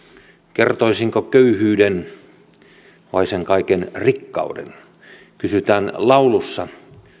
kertoisinko köyhyyden vai sen kaiken rikkauden kysytään laulussa